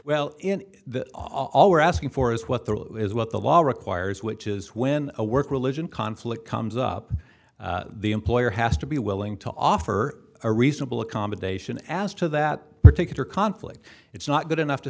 well in the all we're asking for is what the rule is what the law requires which is when a work religion conflict comes up the employer has to be willing to offer a reasonable accommodation as to that particular conflict it's not good enough to